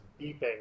beeping